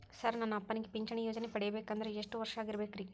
Sir ನನ್ನ ಅಪ್ಪನಿಗೆ ಪಿಂಚಿಣಿ ಯೋಜನೆ ಪಡೆಯಬೇಕಂದ್ರೆ ಎಷ್ಟು ವರ್ಷಾಗಿರಬೇಕ್ರಿ?